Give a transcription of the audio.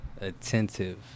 attentive